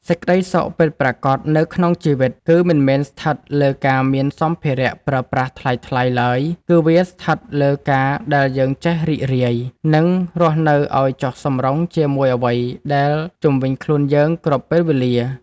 សេចក្តីសុខពិតប្រាកដនៅក្នុងជីវិតគឺមិនមែនស្ថិតលើការមានសម្ភារៈប្រើប្រាស់ថ្លៃៗឡើយគឺវាស្ថិតលើការដែលយើងចេះរីករាយ និង រស់នៅឱ្យចុះសម្រុងជាមួយអ្វីដែលជុំវិញខ្លួនយើងគ្រប់ពេលវេលា។